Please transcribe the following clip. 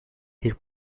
their